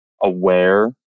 aware